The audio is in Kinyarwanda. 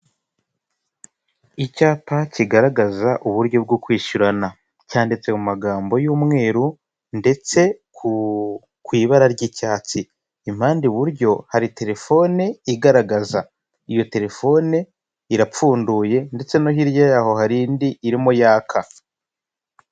Icyapa kigaragaza uburyo bwo kwishyurana. Cyanditse mu magambo y'umweru ndetse ku ibara ry'icyatsi, impande i buryo hari telefone igaragaza, iyo telefone irapfunduye ndetse no hirya yaho hari indi irimo yaka.